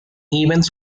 events